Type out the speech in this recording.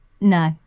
no